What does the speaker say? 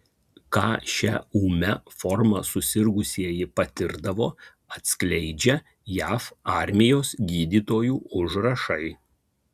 ką šia ūmia forma susirgusieji patirdavo atskleidžia jav armijos gydytojų užrašai